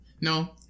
No